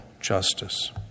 justice